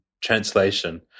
translation